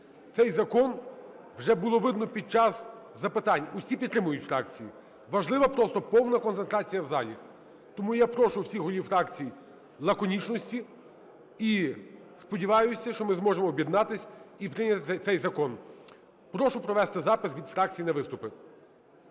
цей закон вже було видно під час запитань, усі підтримують фракції, важливо просто повна концентрація в залі. Тому я прошу всіх голів фракцій лаконічності, і сподіваємося, що ми зможемо об'єднатися і прийняти цей закон. Прошу провести запис від фракцій на виступи.